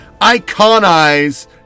iconize